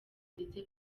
ndetse